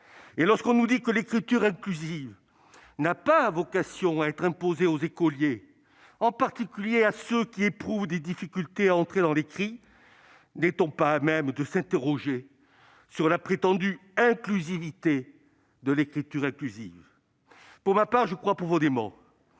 lorsque l'on nous dit que l'écriture inclusive n'a pas vocation à être imposée aux écoliers, en particulier à ceux qui éprouvent des difficultés à entrer dans l'écrit, n'est-on pas à même de s'interroger sur la prétendue inclusivité de l'écriture inclusive ? Pour ma part, je crois profondément